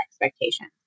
expectations